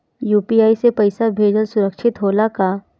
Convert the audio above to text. UPI से पैसा भेजल सुरक्षित होला का?